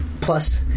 plus